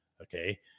okay